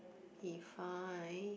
be fine